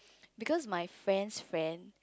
because my friend's friend